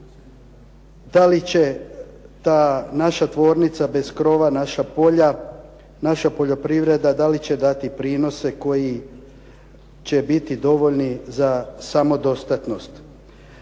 da li će ta naša tvornica bez krova, naša polja, naša poljoprivreda da li će dati prinose koji će biti dovoljni za samodostatnost.